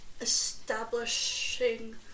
establishing